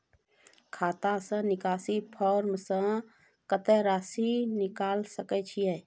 खाता से निकासी फॉर्म से कत्तेक रासि निकाल सकै छिये?